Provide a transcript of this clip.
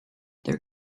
their